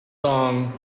song